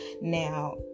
Now